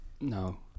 No